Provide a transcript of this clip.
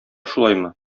шулаймы